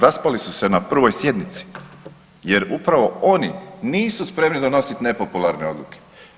Raspali su se na 1. sjednici, jer upravo oni nisu spremni donositi nepopularne odluke.